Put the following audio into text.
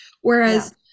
whereas